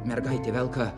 mergaitė velka